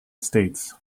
states